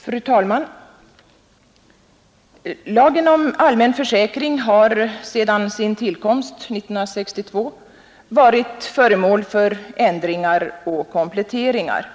Fru talman! Lagen om allmän försäkring har sedan sin tillkomst 1962 varit föremål för ändringar och kompletteringar.